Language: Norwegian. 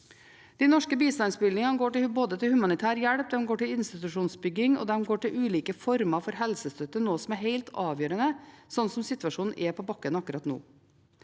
De norske bistandsbevilgningene går både til humanitær hjelp, til institusjonsbygging og til ulike former for helsestøtte, noe som er helt avgjørende slik som situasjonen er på bakken akkurat nå.